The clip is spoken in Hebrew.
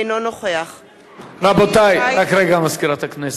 אינו נוכח רבותי, רק רגע, מזכירת הכנסת.